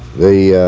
the